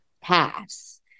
pass